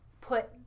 put